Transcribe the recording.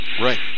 Right